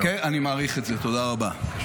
אני מעריך את זה, תודה רבה.